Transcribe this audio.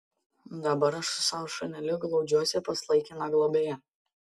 dabar aš su savo šuneliu glaudžiuosi pas laikiną globėją